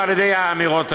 על ידי האמירות האלה.